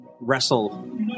wrestle